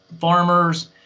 farmers